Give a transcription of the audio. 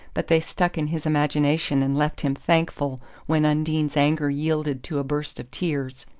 but they stuck in his imagination and left him thankful when undine's anger yielded to a burst of tears.